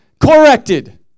Corrected